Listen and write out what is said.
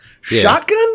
shotgun